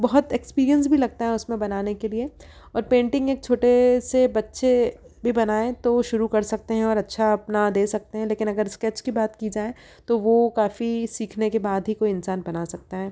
बहुत एक्सपीरियंस भी लगता है उसमें बनाने के लिए और पेंटिंग एक छोटे से बच्चे भी बनाएँ तो वो शुरू कर सकते हैं और अच्छा अपना दे सकते हैं लेकिन अगर स्केच की बात की जाए तो वो काफी सीखने के बाद ही कोई इंसान बना सकता है